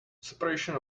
separation